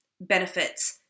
benefits